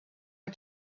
are